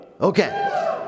Okay